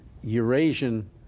Eurasian